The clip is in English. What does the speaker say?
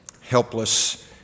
helpless